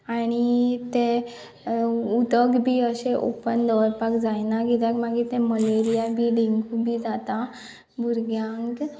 आनी ते उदक बी अशें ओपन दवरपाक जायना कित्याक मागीर ते मलेरिया बी डेंगू बी जाता भुरग्यांक